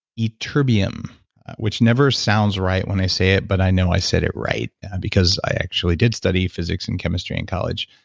ytterbium which which never sounds right when i say it, but i know i said it right because i actually did study physics and chemistry in college.